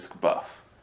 Buff